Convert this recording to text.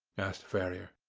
asked ferrier.